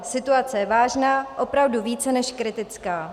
Situace je vážná, opravdu více než kritická.